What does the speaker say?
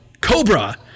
Cobra